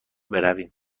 برویم